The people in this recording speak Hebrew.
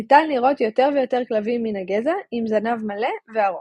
ניתן לראות יותר ויותר כלבים מן הגזע עם זנב מלא וארוך.